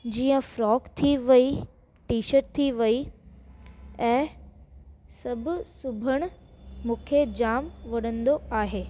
जीअं फ़्रॉक थी वेई टी शर्ट थी वेई ऐं सभु सुभण मूंखे जाम वणंदो आहे